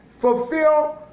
Fulfill